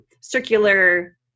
circular